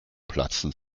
platzen